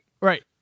Right